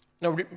Now